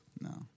No